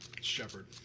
Shepard